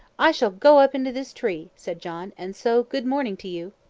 i shall go up into this tree, said john and so good morning to you.